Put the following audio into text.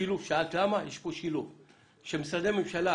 שילוב של משרדי ממשלה